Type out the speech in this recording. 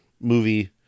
movie